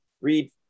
read